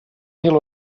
mil